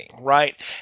right